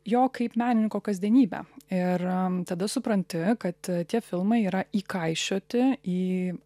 jo kaip menininko kasdienybę ir tada supranti kad tie filmai yra įkaišioti į